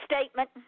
statement